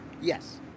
Yes